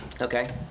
Okay